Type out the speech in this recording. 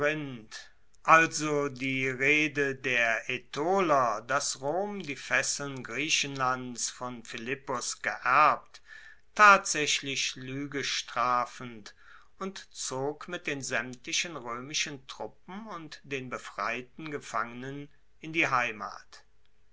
also die rede der aetoler dass rom die fesseln griechenlands von philippos geerbt tatsaechlich luege strafend und zog mit den saemtlichen roemischen truppen und den befreiten gefangenen in die heimat